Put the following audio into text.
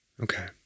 Okay